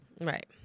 right